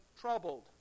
troubled